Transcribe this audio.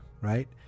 Right